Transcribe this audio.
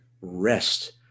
rest